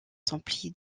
s’emplit